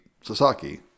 Sasaki